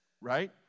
right